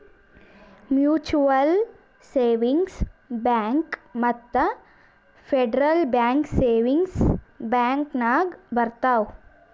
mutual savings bank ಮತ್ತ federal bank savings bank ನಾಗ್ ಬರ್ತಾವ್